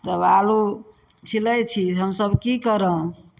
तब आलू छिलै छी हमसभ कि करब